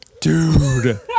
Dude